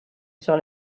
sur